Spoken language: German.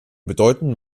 bedeutenden